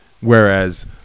whereas